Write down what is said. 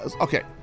okay